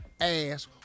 ass